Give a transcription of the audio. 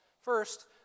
First